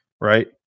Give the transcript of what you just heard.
right